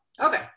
okay